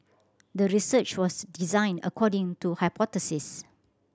the research was designed according to hypothesis